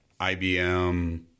IBM